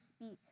speak